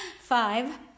Five